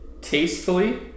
tastefully